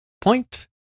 Point